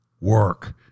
work